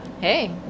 Hey